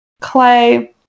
Clay